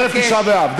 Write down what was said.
ערב תשעה באב.